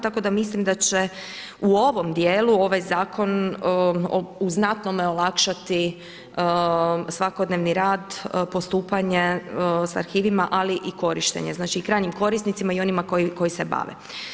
Tako da mislim da će u ovom dijelu ovaj zakon u znatnome olakšati svakodnevni rad postupanje sa arhivima, ali i korištenje, znači i krajnjim korisnicima i onima koji se bave.